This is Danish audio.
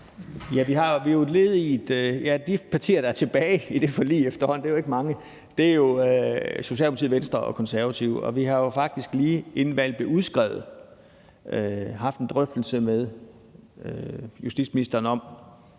De partier, der efterhånden er tilbage i det forlig, er jo ikke mange; det er Socialdemokratiet, Venstre og Konservative. Og vi har jo faktisk, lige inden valget blev udskrevet, haft en drøftelse med justitsministeren om